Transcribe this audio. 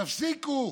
תפסיקו,